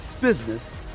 business